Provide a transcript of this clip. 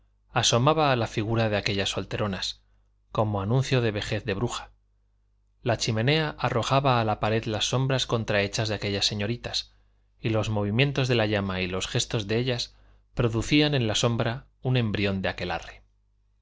asomaba a la figura de aquellas solteronas como anuncio de vejez de bruja la chimenea arrojaba a la pared las sombras contrahechas de aquellas señoritas y los movimientos de la llama y los gestos de ellas producían en la sombra un embrión de aquelarre